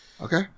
Okay